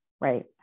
right